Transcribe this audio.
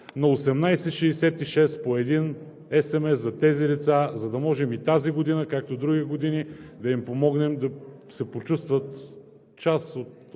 на 1866 по един SMS за тези лица, за да можем и тази година, както и други години да им помогнем да почувстват част от празника